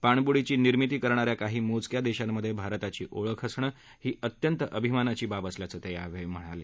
पाणब्डीची निर्मिती करणाऱ्या काही मोजक्या देशांमध्ये भारताची ओळख असणं ही अत्यंत अभिमानाची बाब असल्याचं ते यावेळी म्हणाले